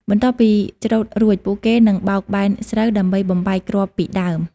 បន្ទាប់ពីច្រូតរួច ពួកគេនឹងបោកបែនស្រូវ ដើម្បីបំបែកគ្រាប់ពីដើម។